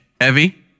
heavy